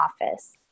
office